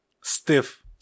stiff